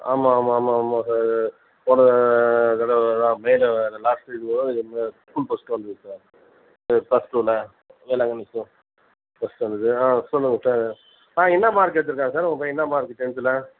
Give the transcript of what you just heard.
ஆமாம் ஆமாம் ஆமாம் ஆமாம் சார் போன தடவை தான் மேலே லாஸ்ட்டு ஸ்கூல் ஃபஸ்ட்டு வந்துது சார் இது ப்ளஸ் டூவில் வேளாங்கண்ணி ஸ்கூல் ஃபஸ்ட்டு வந்துது ஆ சொல்லுங்கள் சார் ஆ என்ன மார்க் எடுத்துருக்கான் சார் உங்கள் பையன் என்ன மார்க்கு டென்த்தில்